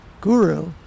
guru